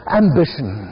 ambition